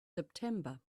september